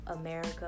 America